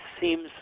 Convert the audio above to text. seems